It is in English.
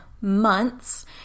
months